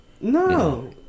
No